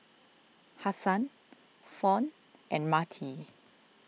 Hassan Fawn and Marty